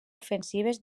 ofensives